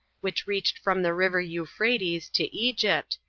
which reached from the river euphrates to egypt,